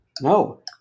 No